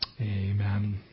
Amen